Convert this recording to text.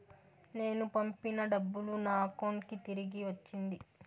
నేను పంపిన డబ్బులు నా అకౌంటు కి తిరిగి వచ్చింది